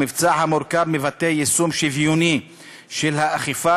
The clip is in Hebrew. המבצע המורכב מבטא יישום שוויוני של האכיפה,